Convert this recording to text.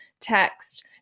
text